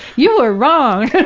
you were wrong!